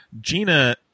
gina